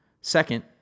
Second